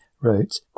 wrote